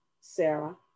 Sarah